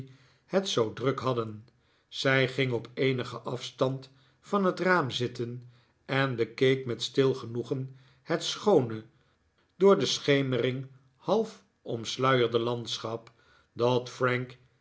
het zoo druk hadden zij ging op eenigen afstand van het raam zitten en bekeek met stil genoegen het schoone door de schemering half omsluierde landschap dat frank